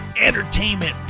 entertainment